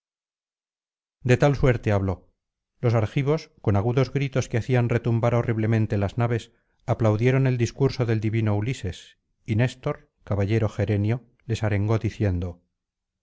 de tal suerte habló los argivos con agudos gritos que hacían retumbar horriblemente las naves aplaudieron el discurso del divino ulises y néstor caballero gerenio les arengó diciendo